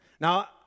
Now